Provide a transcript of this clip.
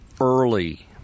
early